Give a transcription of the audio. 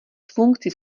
funkcí